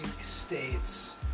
states